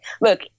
look